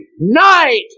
night